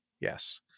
yes